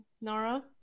Nora